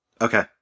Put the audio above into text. Okay